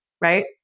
right